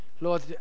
Lord